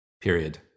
Period